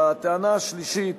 והטענה השלישית